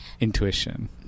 Intuition